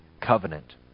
covenant